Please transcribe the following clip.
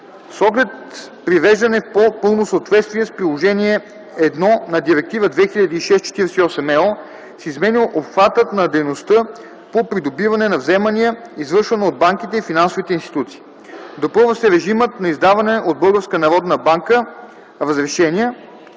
С оглед привеждане в по-пълно съответствие с Приложение 1 на Директива 2006/48/ЕО, се изменя обхватът на дейността по придобиване на вземания, извършвана от банките и финансовите институции. Допълва се режимът на издаваните от Българската